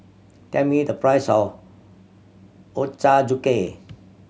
tell me the price of Ochazuke